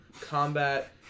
combat